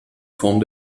form